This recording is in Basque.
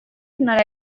nora